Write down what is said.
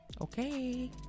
Okay